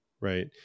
right